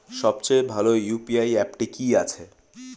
সবচেয়ে ভালো ইউ.পি.আই অ্যাপটি কি আছে?